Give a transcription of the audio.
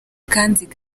kanziga